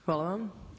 Hvala vam.